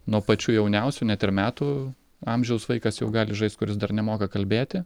nuo pačių jauniausių net ir metų amžiaus vaikas jau gali žaist kuris dar nemoka kalbėti